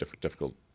difficult